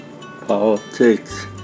Politics